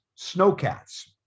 snowcats